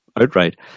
outright